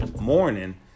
morning